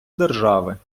держави